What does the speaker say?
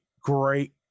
great